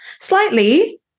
slightly